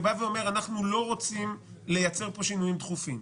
אנחנו לא רוצים לייצר פה שינויים תכופים,